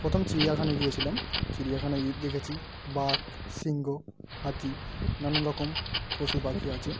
প্রথম চিড়িয়াখানায় গিয়েছিলাম চিড়িয়াখানায় গিয়ে দেখেছি বাঘ সিংঘ হাতি নানান রকম পশু পাখি আছে